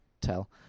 tell